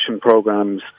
programs